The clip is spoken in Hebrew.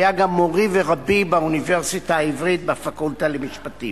והיה גם מורי ורבי באוניברסיטה העברית בפקולטה למשפטים.